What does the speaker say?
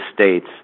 states